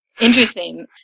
Interesting